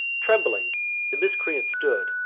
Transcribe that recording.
trembling the miscreant stood,